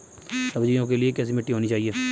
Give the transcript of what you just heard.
सब्जियों के लिए कैसी मिट्टी होनी चाहिए?